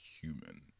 human